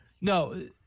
No